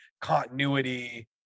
continuity